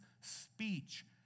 speech